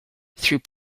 through